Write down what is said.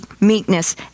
meekness